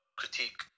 critique